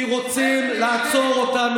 כי רוצים לעצור אותנו.